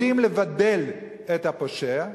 יודעים לבדל את הפושע,